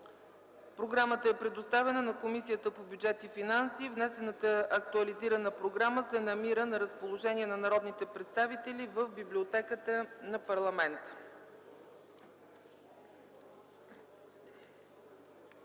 програмата е предоставена на Комисията по бюджет и финанси. Внесената актуализирана програма се намира на разположение на народните представители в Библиотеката на парламента.